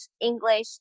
English